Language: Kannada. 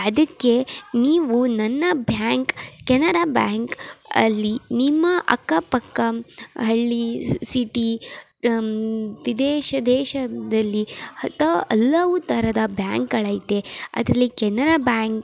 ಅದಕ್ಕೆ ನೀವು ನನ್ನ ಭ್ಯಾಂಕ್ ಕೆನರಾ ಬ್ಯಾಂಕ್ ಅಲ್ಲಿ ನಿಮ್ಮ ಅಕ್ಕ ಪಕ್ಕ ಹಳ್ಳಿ ಸಿಟಿ ವಿದೇಶ ದೇಶದಲ್ಲಿ ಹತಾ ಹಲವು ಥರದ ಬ್ಯಾಂಕ್ಗಳೈತೆ ಅದರಲ್ಲಿ ಕೆನರಾ ಬ್ಯಾಂ